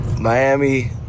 Miami